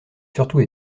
surtout